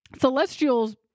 celestials